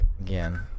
Again